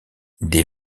des